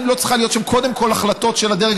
האם לא צריכות להיות שם קודם כול החלטות של הדרג